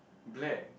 black